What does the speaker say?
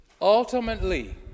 Ultimately